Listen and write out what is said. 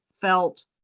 felt